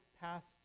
past